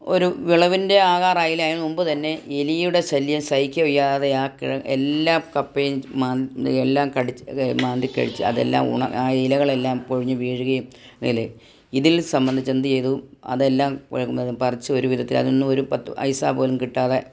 ഒരു വിളവിൻ്റെ ആകാറായില്ല അതിന് മുമ്പ് തന്നെ എലിയുടെ ശല്യം സഹിക്കവയ്യാതെ ആ കിഴ എല്ലാ കപ്പേം മാന്തി എല്ലാം കടിച്ച് മാന്തി കഴിച്ച് അതെല്ലാം ഉണ ആ ഇലകളെല്ലാം പൊഴിഞ്ഞ് വീഴുകയും അതിൽ ഇതിൽ സംബന്ധിച്ച് എന്ത് ചെയ്തു അതെല്ലാം പറിച്ച് ഒരുവിധത്തിൽ അതൊന്നും ഒരു പത്ത് പൈസ പോലും കിട്ടാതെ